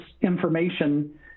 information